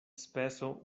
speso